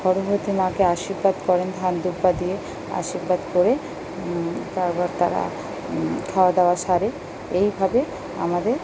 গর্ভবতী মাকে আশীর্বাদ করেন ধান দূর্বা দিয়ে আশীর্বাদ করে তারপর তারা খাওয়া দাওয়া সারে এইভাবে আমাদের